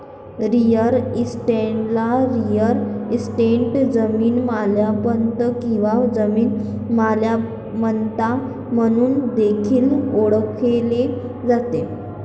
real इस्टेटला real estate, जमीन मालमत्ता किंवा जमीन मालमत्ता म्हणून देखील ओळखले जाते